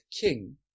king